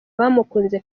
bamukunze